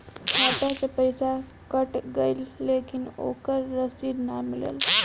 खाता से पइसा कट गेलऽ लेकिन ओकर रशिद न मिलल?